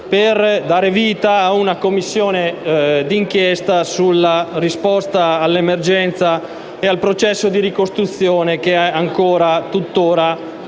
per dare vita ad una Commissione d'inchiesta sulla risposta all'emergenza e il processo di ricostruzione che è tutt'ora